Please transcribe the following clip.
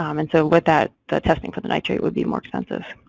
um and so with that, the testing for the nitrate would be more expensive.